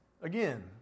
Again